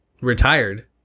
retired